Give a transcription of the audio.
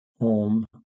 home